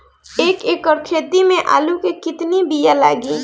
एक एकड़ खेती में आलू के कितनी विया लागी?